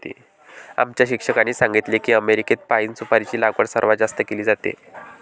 आमच्या शिक्षकांनी सांगितले की अमेरिकेत पाइन सुपारीची लागवड सर्वात जास्त केली जाते